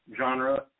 genre